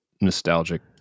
nostalgic